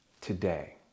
today